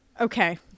Okay